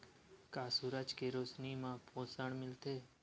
का सूरज के रोशनी म पोषण मिलथे?